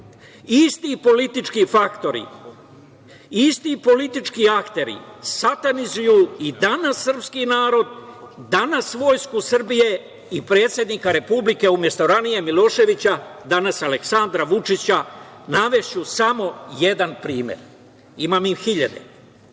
isti politički faktori, isti politički akteri satanizuju i danas srpski narod, danas Vojsku Srbije i predsednika Republike, umesto ranije Miloševića, danas Aleksandra Vučića. Navešću samo jedan primer. Imam ih hiljade. Da